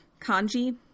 kanji